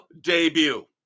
debut